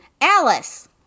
Alice